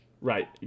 Right